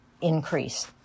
increase